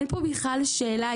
אין כאן בכלל שאלה.